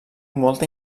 molta